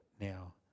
now